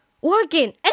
working